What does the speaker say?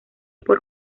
por